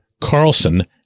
Carlson